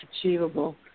achievable